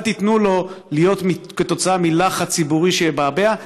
אל תיתנו לו להיות כתוצאה מלחץ ציבורי שיבעבע.